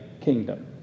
kingdom